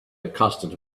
accustomed